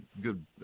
good